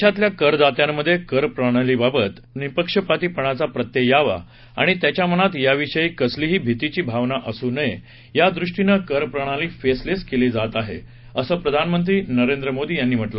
देशातल्या करदात्यामध्ये करप्रणालीबाबत निपक्ष पातीपणाचा प्रत्यय यावा आणि त्याच्या मनात याविषयी कसलीही भितीची भावना असून नये यादृष्टीनं करप्रणाली फेसलेस केले जात आहे असं प्रधानमंत्री नरेंद्र मोदी यांनी म्हटलं